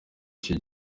iki